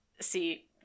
see